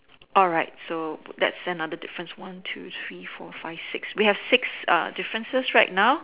alright so that's another difference one two three four five six we have six uh differences right now